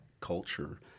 culture